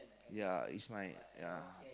ya he's my ya